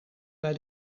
bij